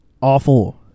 awful